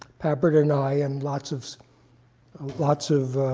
papert, and i, and lots of lots of